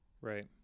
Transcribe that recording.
Right